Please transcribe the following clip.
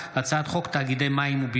הצעת חוק פיקוח על מחירי מצרכים ושירותים (תיקון,